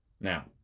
Now